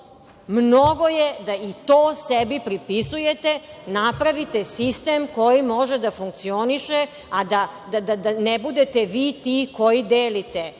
Mnogo je da i to sebi pripisujete. Napravite sistem koji može da funkcioniše a da ne budete vi ti koji delite